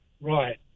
Right